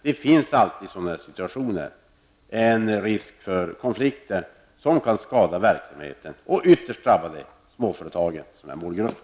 Det finns alltid i en sådan situation risk för konflikter som kan skada verksamheten och ytterst drabba de småföretag som är målgruppen.